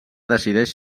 decideix